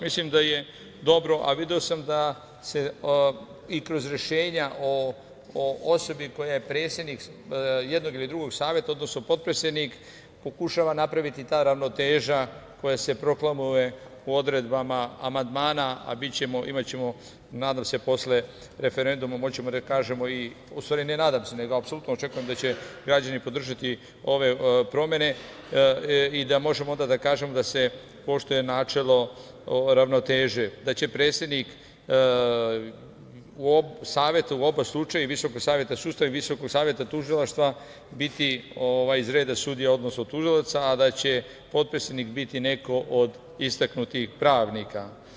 Mislim da je dobro, a video sam i kroz rešenja o osobi koja je predsednik jednog ili drugog saveta, odnosno potpredsednik, pokušava napraviti ta ravnoteža koja se proklamovala u odredbama amandmana, a imaćemo nadam se posle referenduma, odnosno ne nadam se nego apsolutno očekujem da će građani podržati ove promene i da onda možemo da kažemo da se poštuje načelo ravnoteže, da će predsednik u oba slučaja i Visokog saveta sudstva i Visokog saveta tužilaca, biti iz reda sudija, odnosno tužilaca, a da će potpredsednik biti neko od istaknutih pravnika.